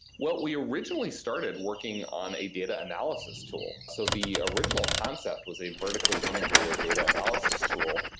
well, we originally started working on a data analysis tool. so the original concept was a vertically integrated data analysis tool,